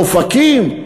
אופקים,